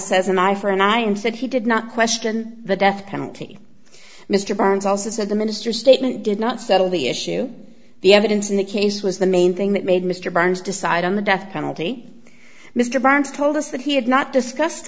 says an eye for an eye and said he did not question the death penalty mr burns also said the minister's statement did not settle the issue the evidence in the case was the main thing that made mr burns decide on the death penalty mr barnes told us that he had not discussed